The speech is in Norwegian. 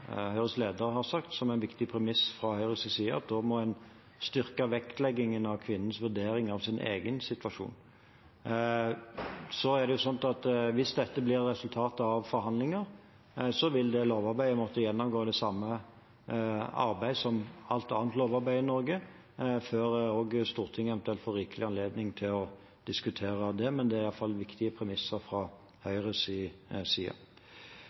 som er en viktig premiss fra Høyres side: å styrke vektleggingen av kvinnens vurdering av sin egen situasjon. Hvis dette blir resultatet av forhandlinger, vil lovarbeidet måtte gjennomgå det samme arbeid som alt annet lovarbeid i Norge før Stortinget eventuelt får rikelig anledning til å diskutere det. Men det er i alle fall viktige premisser fra Høyres side.